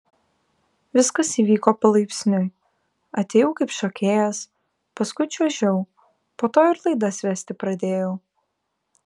viskas įvyko palaipsniui atėjau kaip šokėjas paskui čiuožiau po to ir laidas vesti pradėjau